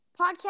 podcast